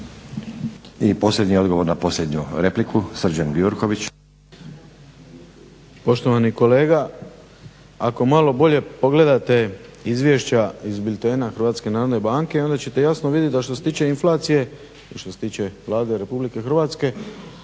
I posljednji odgovor na posljednju repliku Srđan Gjurković.